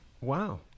Wow